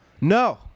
No